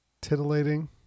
titillating